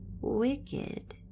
wicked